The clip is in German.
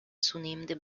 zunehmende